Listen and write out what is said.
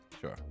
Sure